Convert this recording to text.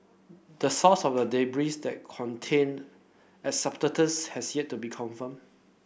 the source of the debris that contained asbestos has yet to be confirmed